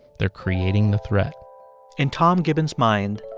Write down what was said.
they're creating the threat in tom gibbons' mind,